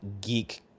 geek